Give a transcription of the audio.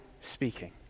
speaking